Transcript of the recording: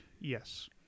Yes